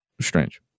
strange